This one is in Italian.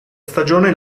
stagione